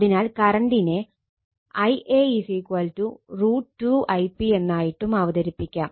അതിനാൽ കറണ്ടിനെ Ia √ 2 Ip എന്നായിട്ടും അവതരിപ്പിക്കാം